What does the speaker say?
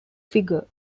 figure